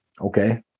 okay